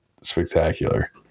spectacular